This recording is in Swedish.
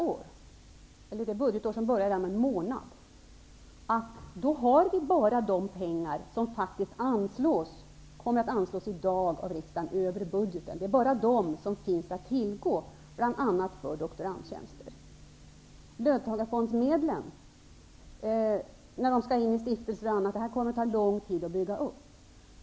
Under det budgetår som börjar redan om en månad har vi bara de pengar som faktiskt kommer att anslås av riksdagen i dag över budgeten. Det är bara de pengarna som finns att tillgå, bl.a. för doktorandtjänster. Löntagarfondsmedlen skall in i stiftelser, och det här kommer det att ta lång tid att bygga upp.